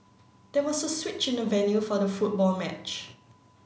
there was a switch in the venue for the football match